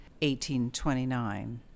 1829